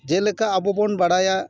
ᱡᱮᱞᱮᱠᱟ ᱟᱵᱚ ᱵᱚᱱ ᱵᱟᱲᱟᱭᱟ